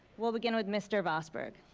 we'll begin with mr. vosburgh.